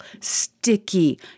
sticky